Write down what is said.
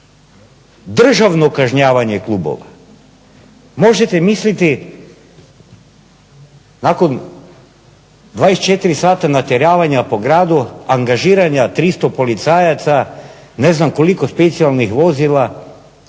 državno kažnjavanje klubova. Možete misliti nakon 24 sata natjeravanja po gradu, angažiranja 300 policajaca, ne znam koliko specijalnih vozila